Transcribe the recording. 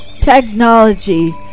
technology